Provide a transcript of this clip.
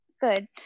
Good